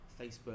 Facebook